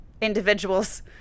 individuals